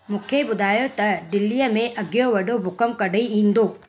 मूंखे ॿुधायो त दिल्लीअ में अॻिलो वॾो भूकम्प कॾहिं ईंदो